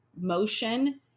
motion